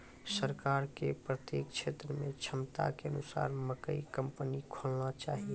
सरकार के प्रत्येक क्षेत्र मे क्षमता के अनुसार मकई कंपनी खोलना चाहिए?